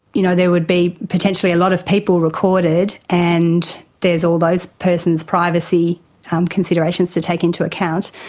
you know, there would be potentially a lot of people recorded, and there's all those persons' privacy um considerations to take into account,